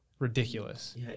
ridiculous